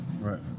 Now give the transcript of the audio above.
Right